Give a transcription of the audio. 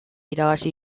irabazi